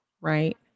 right